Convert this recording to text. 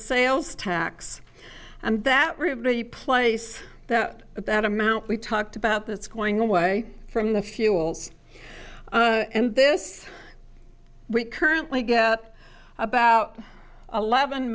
sales tax and that ruby place that that amount we talked about that's going away from the fuels and this we currently get about eleven